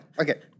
Okay